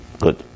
Good